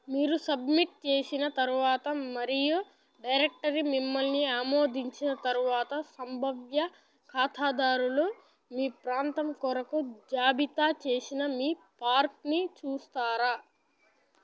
మీరు సబ్మిట్ చేసిన తరువాత మరియు డైరెక్టరీ మిమ్మల్ని ఆమోదించిన తరువాత సంభవ్య ఖాతాదారులు మీ ప్రాంతం కొరకు జాబితా చేసిన మీ పార్క్ని చూస్తారా